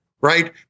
right